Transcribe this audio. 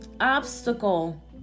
obstacle